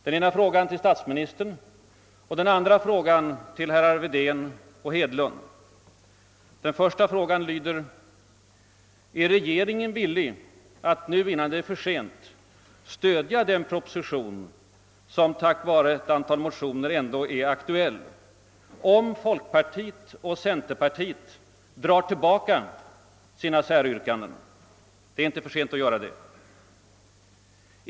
Den ena vill jag rikta till statsministern och den andra till herrar Wedén och Hedlund. Den första frågan lyder: Är regeringen villig att nu, innan det är för sent, fullfölja den proposition som tack vare ett antal motioner alltjämt är aktuell, om folkpartiet och centerpartiet drar tillbaka sina säryrkanden? Det är inte för sent att göra det.